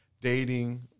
dating